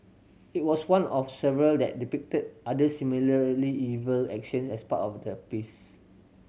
it was one of several that depicted other similarly evil actions as part of the piece